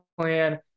plan